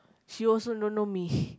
she also don't know me